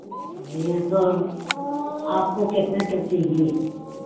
यह तो अब आपको कितने तक चाहिए